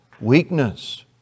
weakness